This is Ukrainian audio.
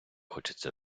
хочеться